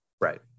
right